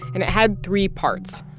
and it had three parts.